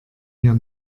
hier